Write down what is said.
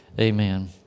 Amen